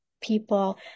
people